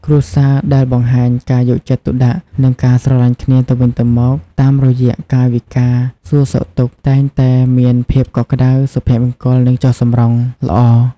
គ្រួសារដែលបង្ហាញការយកចិត្តទុកដាក់ និងការស្រឡាញ់គ្នាទៅវិញទៅមកតាមរយៈកាយវិការសួរសុខទុក្ខ តែងតែមានភាពកក់ក្ដៅ សុភមង្គល និងចុះសម្រុងល្អ។